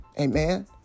Amen